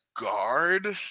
guard